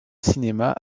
cinéma